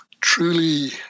truly